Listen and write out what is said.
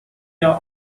are